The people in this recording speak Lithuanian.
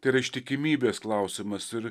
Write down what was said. tai yra ištikimybės klausimas ir